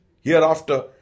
hereafter